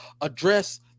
address